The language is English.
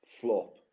flop